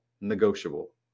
negotiable